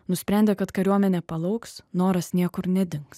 nusprendė kad kariuomenė palauks noras niekur nedings